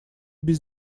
без